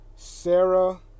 Sarah